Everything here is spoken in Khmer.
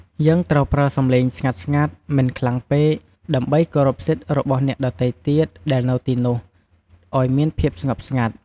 យើងត្រូវប្រើសំឡេងស្ងាត់ៗ មិនខ្លាំងពេក ដើម្បីគោរពសិទ្ធិរបស់អ្នកដទៃទៀតដែលនៅទីនោះ ឲ្យមានភាពស្ងប់ស្ងាត់។